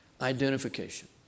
Identification